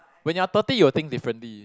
when you are thirty you will think differently